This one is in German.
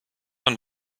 man